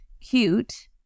cute